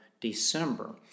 December